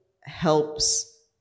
helps